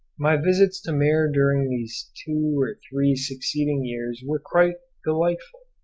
my visits to maer during these two or three succeeding years were quite delightful,